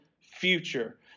future